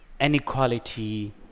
inequality